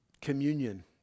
communion